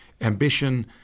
ambition